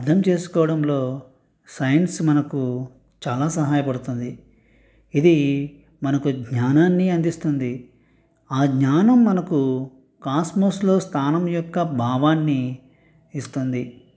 అర్ధం చేసుకోవడంలో సైన్స్ మనకు చాలా సహాయపడుతుంది ఇది మనకు జ్ఞానాన్ని అందిస్తుంది ఆ జ్ఞానం మనకు కాస్మోస్లో స్థానం యొక్క భావాన్ని ఇస్తుంది